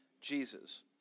Jesus